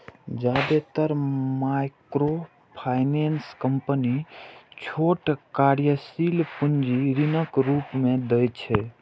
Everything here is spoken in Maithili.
जादेतर माइक्रोफाइनेंस कंपनी छोट कार्यशील पूंजी ऋणक रूप मे दै छै